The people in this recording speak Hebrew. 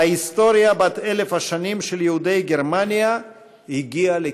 ההיסטוריה בת אלף השנים של יהודי גרמניה הגיעה לקִצה.